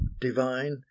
divine